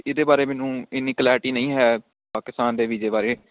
ਇਹਦੇ ਬਾਰੇ ਮੈਨੂੰ ਇੰਨੀ ਕਲੈਰਟੀ ਨਹੀਂ ਹੈ ਪਾਕਿਸਤਾਨ ਦੇ ਵੀਜ਼ੇ ਬਾਰੇ